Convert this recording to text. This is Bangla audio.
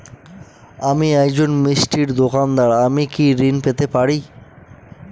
আমি একজন মিষ্টির দোকাদার আমি কি ঋণ পেতে পারি?